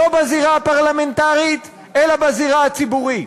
לא בזירה הפרלמנטרית, אלא בזירה הציבורית.